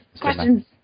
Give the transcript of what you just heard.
Questions